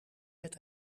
met